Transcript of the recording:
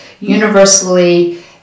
universally